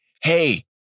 hey